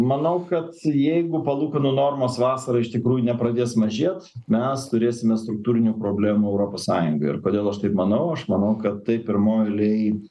manau kad jeigu palūkanų normos vasarą iš tikrųjų ne pradės mažėt mes turėsime struktūrinių problemų europos sąjungoj ir kodėl aš taip manau aš manau kad tai pirmoj eilėj